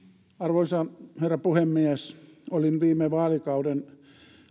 arvoisa herra puhemies olin viime vaalikauden